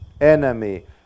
enemy